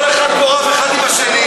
כל אחד פה רב עם השני.